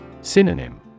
Synonym